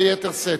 לצלצל ביתר שאת.